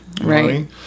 Right